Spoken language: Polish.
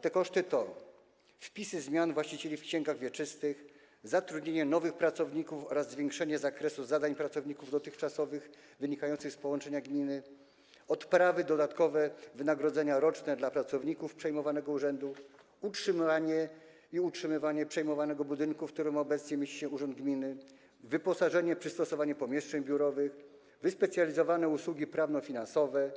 Te koszty wiążą się ze sprawami takimi jak: wpisy zmian właścicieli w księgach wieczystych, zatrudnienie nowych pracowników oraz zwiększenie zakresu dotychczasowych zadań pracowników wynikających z połączenia gminy, odprawy, dodatkowe wynagrodzenia roczne dla pracowników przejmowanego urzędu, utrzymywanie przejmowanego budynku, w którym obecnie mieści się urząd gminy, wyposażenie i przystosowanie pomieszczeń biurowych, wyspecjalizowane usługi prawno-finansowe,